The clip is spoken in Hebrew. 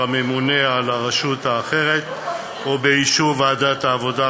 הממונה על הרשות האחרת ובאישור ועדת העבודה,